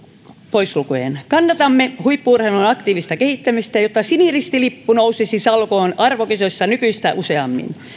pois lukien kannatamme huippu urheilun aktiivista kehittämistä jotta siniristilippu nousisi salkoon arvokisoissa nykyistä useammin